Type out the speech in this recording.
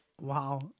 wow